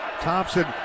Thompson